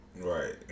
Right